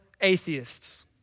atheists